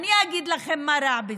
אני אגיד לכם מה רע בזה.